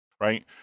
Right